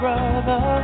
Brother